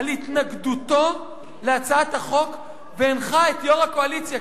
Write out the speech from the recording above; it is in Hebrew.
על התנגדותו להצעת החוק והנחה את יושב-ראש הקואליציה,